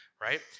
right